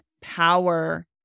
power